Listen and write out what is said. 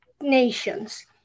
nations